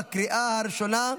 בקריאה הראשונה.